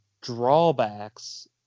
drawbacks